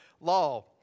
law